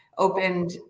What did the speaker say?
opened